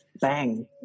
bang